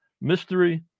Mystery